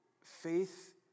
Faith